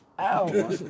ow